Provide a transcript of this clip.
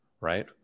Right